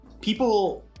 people